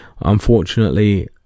Unfortunately